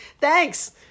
Thanks